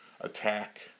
attack